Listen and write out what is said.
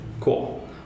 Cool